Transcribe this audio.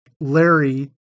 Larry